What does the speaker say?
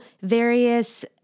various